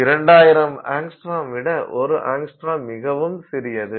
2000 angstrom விட 1 angstrom மிகவும் சிறியது